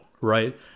right